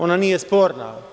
Ona nije sporna.